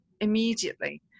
immediately